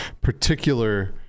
particular